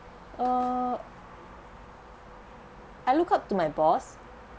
uh I look up to my boss